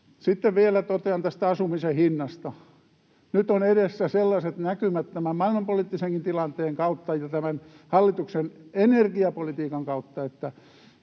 Sitten totean vielä tästä asumisen hinnasta. Nyt on edessä sellaiset näkymät tämän maailmanpoliittisenkin tilanteen kautta ja tämän hallituksen energiapolitiikan kautta, että